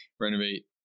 renovate